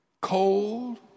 cold